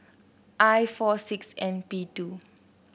I four six N P two